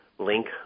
link